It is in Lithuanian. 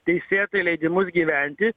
teisėtai leidimus gyventi